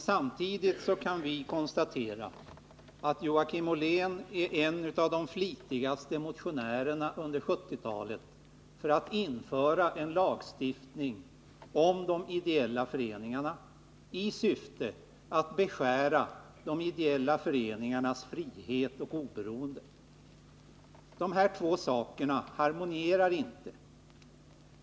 Samtidigt kan vi konstatera att Joakim Ollén är en av de flitigaste motionärerna under 1970-talet för att införa en lagstiftning om de ideella föreningarna i syfte att beskära deras frihet och oberoende. De två sakerna harmonierar inte.